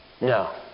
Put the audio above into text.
No